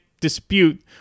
dispute